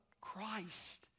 Christ